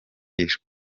yicwa